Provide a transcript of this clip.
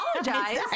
Apologize